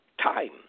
time